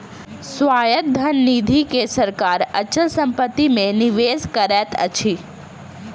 स्वायत्त धन निधि के सरकार अचल संपत्ति मे निवेश करैत अछि